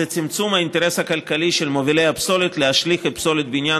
זה צמצום האינטרס הכלכלי של מובילי הפסולת להשליך את פסולת הבניין